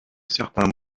certains